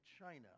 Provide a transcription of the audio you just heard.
China